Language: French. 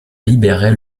libérer